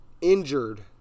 injured